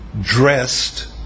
dressed